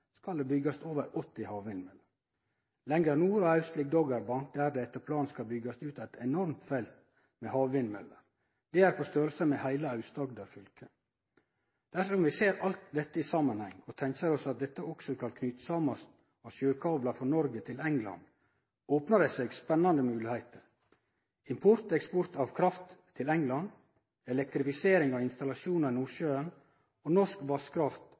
skal det byggjast over 80 havvindmøller. Lenger nord – og aust – ligg Doggerbank, der det etter planen skal byggjast ut eit enormt felt med havvindmøller. Feltet er på storleik med heile Aust-Agder fylke. Dersom vi ser alt dette i samanheng og tenkjer oss at dette også skal knytast saman av sjøkablar frå Noreg til England, opnar det seg spennande moglegheiter – import og eksport av kraft til England, elektrifisering av installasjonar i Nordsjøen og norsk vasskraft